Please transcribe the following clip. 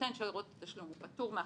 נותן שירות התשלום הוא פטור מאחריות,